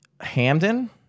hamden